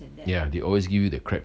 ya they always give you that crap